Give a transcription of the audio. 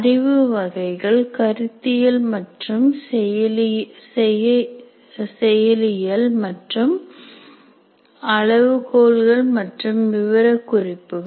அறிவு வகைகள் கருத்தியல் மற்றும் செயலியல் மற்றும் C S அளவுகோல்கள் மற்றும் விவரக்குறிப்புகள்